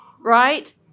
right